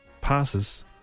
passes